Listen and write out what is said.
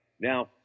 Now